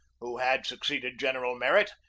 who had succeeded general merritt,